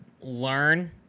learn